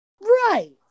Right